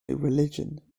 religion